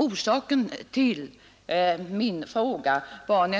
Orsaken till min fråga var